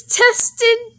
tested